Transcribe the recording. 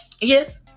Yes